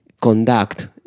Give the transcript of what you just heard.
conduct